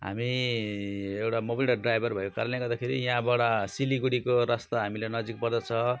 हामी एउटा म पनि एउटा ड्राइभर भएको कारणले गर्दाखेरि यहाँबाट सिलगडीको रास्ता हामीलाई नजिक पर्दछ